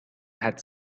had